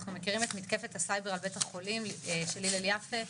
אנחנו מכירים את מתקפת הסייבר על בית החולים של הלל יפה